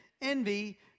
envy